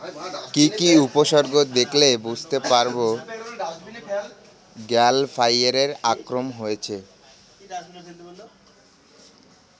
কি কি উপসর্গ দেখলে বুঝতে পারব গ্যাল ফ্লাইয়ের আক্রমণ হয়েছে?